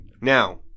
now